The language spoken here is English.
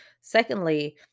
Secondly